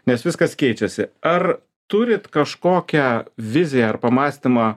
nes viskas keičiasi ar turit kažkokią viziją ar pamąstymą